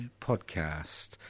podcast